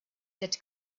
that